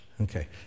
Okay